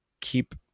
keep